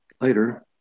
Later